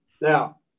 Now